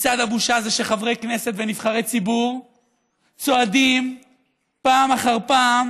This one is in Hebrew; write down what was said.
מצעד הבושה זה שחברי כנסת ונבחרי ציבור צועדים פעם אחר פעם